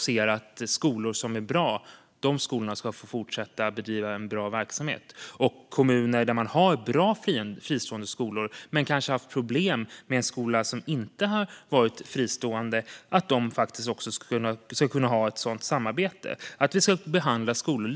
Alltså: Skolor som är bra ska få fortsätta att bedriva en bra verksamhet, och kommuner som har bra fristående skolor men har problem med en kommunal skola ska kunna samarbeta med fristående aktörer.